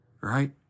right